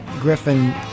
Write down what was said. Griffin